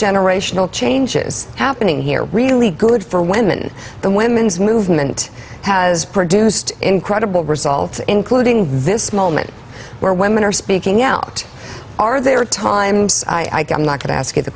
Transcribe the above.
generational changes happening here really good for women the women's movement has produced incredible results including this moment where women are speaking out are there are times i am not going to ask you the